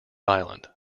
island